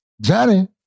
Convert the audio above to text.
Johnny